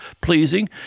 pleasing